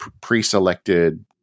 pre-selected